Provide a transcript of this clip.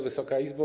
Wysoka Izbo!